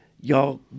y'all